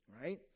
right